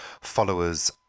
followers